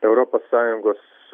europos sąjungos